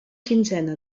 quinzena